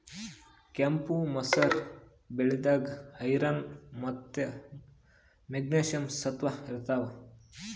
ಕೆಂಪ್ ಮಸೂರ್ ಬ್ಯಾಳಿದಾಗ್ ಐರನ್ ಮತ್ತ್ ಮೆಗ್ನೀಷಿಯಂ ಸತ್ವ ಇರ್ತವ್